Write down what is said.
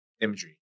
imagery